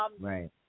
right